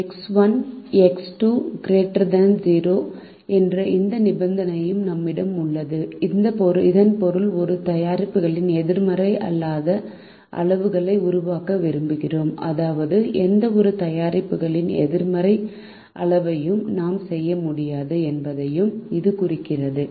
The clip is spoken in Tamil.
எக்ஸ் 1 எக்ஸ் 2 ≥0 என்ற இந்த நிபந்தனையும் நம்மிடம் உள்ளது இதன் பொருள் இரு தயாரிப்புகளின் எதிர்மறை அல்லாத அளவுகளை உருவாக்க விரும்புகிறோம் அதாவது எந்தவொரு தயாரிப்புகளின் எதிர்மறை அளவையும் நாம் செய்ய முடியாது என்பதையும் இது குறிக்கிறது